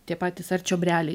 tie patys ar čiobreliai